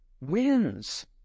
wins